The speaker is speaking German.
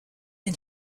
den